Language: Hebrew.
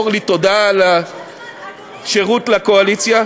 אורלי, תודה על השירות לקואליציה.